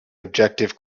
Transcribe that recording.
objective